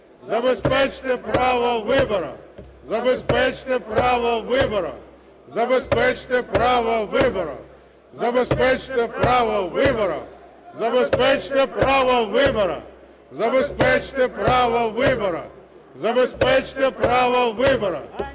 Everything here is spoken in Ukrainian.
Забезпечте право вибору!